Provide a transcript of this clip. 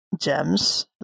gems